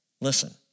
Listen